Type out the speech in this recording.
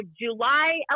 July